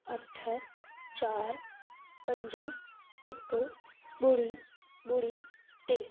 अठ चारि पंज हिकु ॿुड़ी ॿुड़ी टे